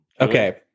okay